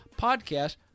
podcast